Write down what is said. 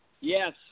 Yes